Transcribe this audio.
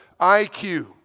IQ